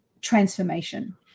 transformation